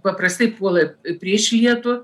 paprastai puola prieš lietų